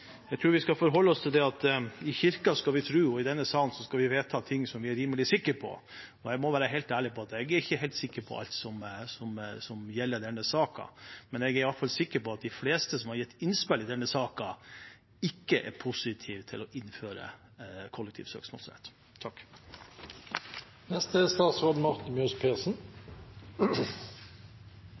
Jeg tror vi skal forholde oss til at i Kirken skal vi tro, og i denne sal skal vi vedta ting vi er rimelig sikre på. Og jeg må være helt ærlig på at jeg er ikke helt sikker på alt som gjelder denne saken, men jeg er i hvert fall sikker på at de fleste som har gitt innspill i denne saken, ikke er positiv til å innføre kollektiv søksmålsrett.